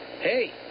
Hey